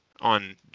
on